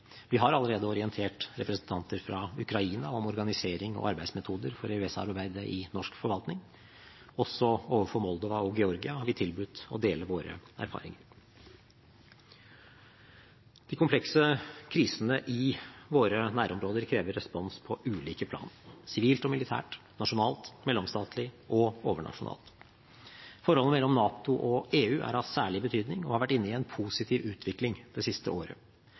Vi har allerede orientert representanter fra Ukraina om organisering og arbeidsmetoder for EØS-arbeidet i norsk forvaltning. Også overfor Moldova og Georgia har vi tilbudt å dele våre erfaringer. De komplekse krisene i våre nærområder krever respons på ulike plan: sivilt og militært, nasjonalt, mellomstatlig og overnasjonalt. Forholdet mellom NATO og EU er av særlig betydning og har vært inne i en positiv utvikling det siste året.